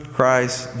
Christ